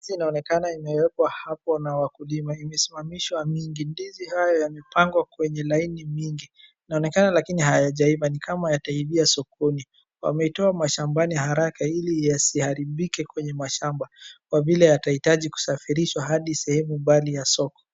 Ndizi inaonekana imewekwa hapo na wakulima imesimamishwa. Ndizi hao wapengwa kwenye laini mingi inaonekana lakini hayajaiva ni kama yataivia sokoni wameitoa mashabani haraka ili yasiharibike kwenye mashaba kwa vile yatahitaji kusafirishwa hadi sehemu mbali ya soko.